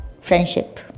friendship